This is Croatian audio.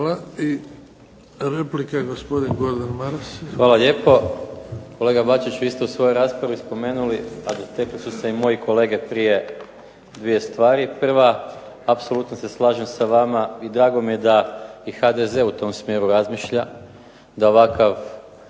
Maras. Izvolite. **Maras, Gordan (SDP)** Hvala lijepo. Kolega Bačić vi ste u svojoj raspravi spomenuli, a dotakli su se i moji kolege prije, 2 stvari. Prva, apsolutno se slažem sa vama i drago mi je da i HDZ u tom smjeru razmišlja da ovakva